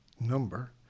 number